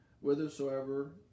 whithersoever